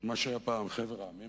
מה שהיה פעם חבר העמים,